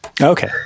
Okay